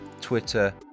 Twitter